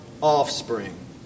offspring